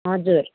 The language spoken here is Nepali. हजुर